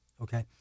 Okay